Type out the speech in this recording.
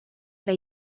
tra